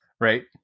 right